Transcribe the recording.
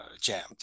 jammed